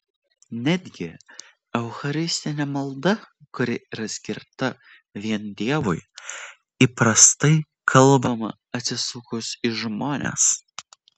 netgi eucharistinė malda kuri yra skirta vien dievui įprastai kalbama atsisukus į žmones